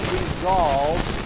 resolved